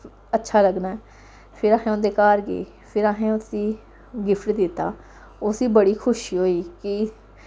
अच्छा लग्गना ऐ फिर अस उं'दे घर गे फिर अहें उ'नें गिफ्ट दित्ता उसी बड़ी खुशी होई कि